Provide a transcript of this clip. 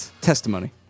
Testimony